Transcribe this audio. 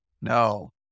No